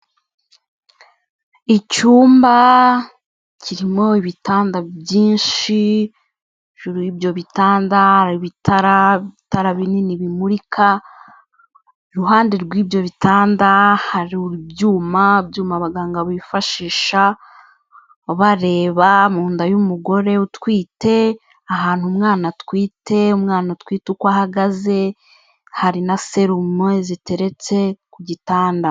Icyumba kirimo ibitanda byinshi, hejuru y'ibyo bitanda hari ibitara, ibitara binini bimurika, iruhande rw'ibyo bitanda hari ibyuma, ibyuma abaganga bifashisha bareba mu nda y'umugore utwite ahantu umwana atwite umwana utwite uko ahagaze, hari na serumu ziteretse ku gitanda.